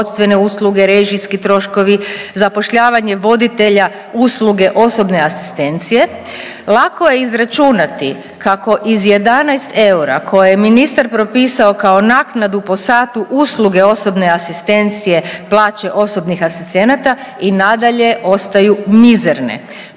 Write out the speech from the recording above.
knjigovodstvene usluge, režijski troškovi, zapošljavanje voditelja usluge osobne asistencije lako je izračunati kako iz 11 eura koje je ministar propisao kao naknadu po satu usluge osobne asistencije plaće osobnih asistenata i nadalje ostaju mizerne